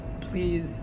Please